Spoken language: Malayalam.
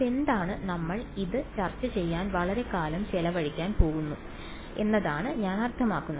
അതെന്താണ് നമ്മൾ ഇത് ചർച്ച ചെയ്യാൻ വളരെക്കാലം ചെലവഴിക്കാൻ പോകുന്നു എന്നാണ് ഞാൻ അർത്ഥമാക്കുന്നത്